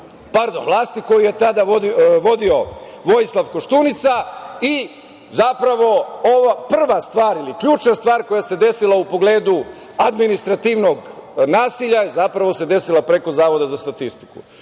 vlasti, vlasti koju je tada vodio Vojislav Koštunica i zapravo ova prva stvar ili ključna stvar koja se desila u pogledu administrativnog nasilja zapravo se desila preko Zavoda za statistiku. Znači,